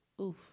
oof